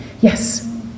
Yes